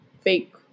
fake